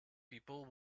people